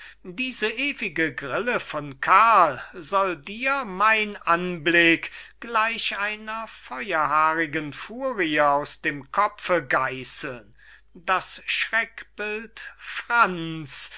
diese ewige grille von karl soll dir mein anblick gleich einer feuerhaarigen furie aus dem kopfe geiseln das schreckbild franz